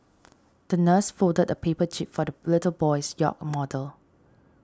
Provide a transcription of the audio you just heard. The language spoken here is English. the nurse folded a paper jib for the little boy's yacht model